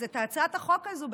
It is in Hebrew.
אז את הצעת החוק הזאת,